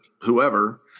whoever